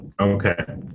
Okay